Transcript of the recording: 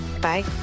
Bye